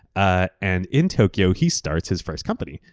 ah and in tokyo, he starts his first company.